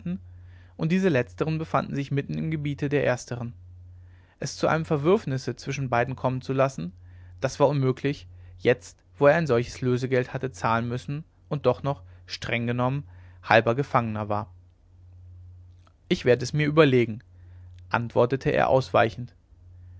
und diese letzteren befanden sich mitten im gebiete der ersteren es zu einem zerwürfnisse zwischen beiden kommen lassen das war unmöglich jetzt wo er ein solches lösegeld hatte zahlen müssen und doch noch streng genommen halber gefangener war ich werde es mir überlegen antwortete er ausweichend